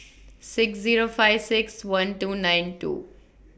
six Zero five six one two nine two